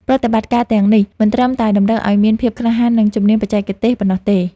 ប្រតិបត្តិការទាំងនេះមិនត្រឹមតែតម្រូវឱ្យមានភាពក្លាហាន និងជំនាញបច្ចេកទេសប៉ុណ្ណោះទេ។